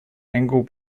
angle